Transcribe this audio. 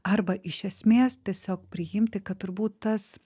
arba iš esmės tiesiog priimti kad turbūt tas